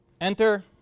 Enter